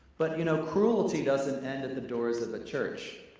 but you know, cruelty doesn't end and the doors of the church.